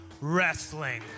Wrestling